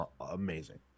amazing